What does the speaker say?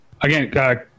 Again